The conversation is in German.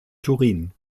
turin